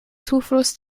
zufluss